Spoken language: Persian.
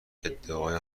ادعای